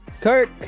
Kirk